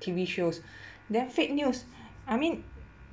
T_V shows then fake news I mean